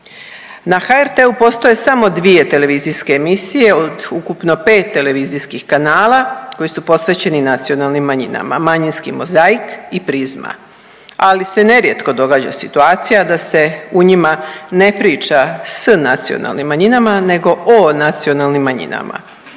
Na HRT-u postoje samo dvije televizijske emisije od ukupno pet televizijskih kanala koji su posvećeni nacionalnim manjinama „Manjinski mozaik“ i „Prizma“. Ali se nerijetko događa situacija da se u njima ne priča s nacionalnim manjinama nego o nacionalnim manjinama.